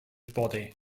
body